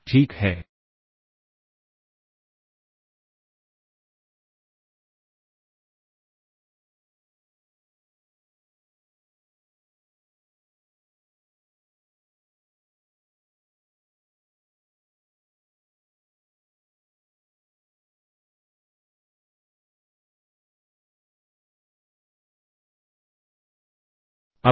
ठीक है